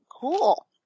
cool